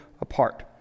apart